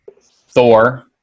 Thor